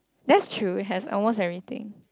that's true we has almost everything